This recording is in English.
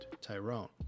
Tyrone